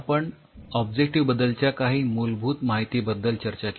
आपण ऑब्जेक्टिव्ह बद्दलच्या काही मूलभूत माहितीबद्दल चर्चा केली